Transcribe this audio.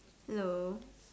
hello